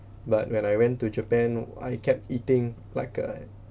but when I went to japan I kept eating like a